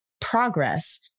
progress